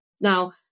Now